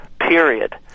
Period